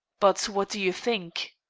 but what do you think?